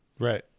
Right